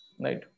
Right